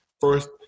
first